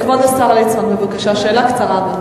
כבוד השר ליצמן, בבקשה, שאלה קצרה.